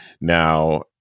now